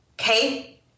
okay